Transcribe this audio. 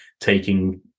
taking